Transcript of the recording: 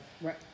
Right